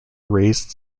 raised